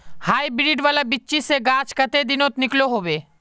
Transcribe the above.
Hybrid वाला बिच्ची से गाछ कते दिनोत निकलो होबे?